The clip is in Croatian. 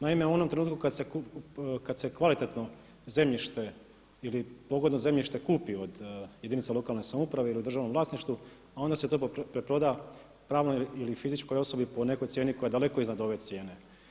Naime, u onom trenutku kad se kvalitetno zemljište ili pogodno zemljište kupi od jedinice lokalne samouprave ili u državnom vlasništvu, onda se to preproda pravnoj ili fizičkoj osobi po nekoj cijeni koja je daleko iznad ove cijene.